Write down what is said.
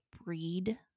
breed